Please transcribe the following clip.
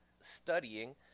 studying